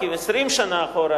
כ-20 שנה אחורה,